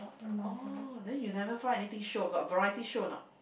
oh then you never find anything show got variety show a not